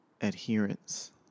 adherence